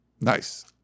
Nice